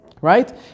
Right